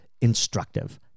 instructive